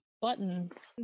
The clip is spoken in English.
buttons